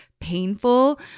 painful